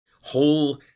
Whole